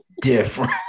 Different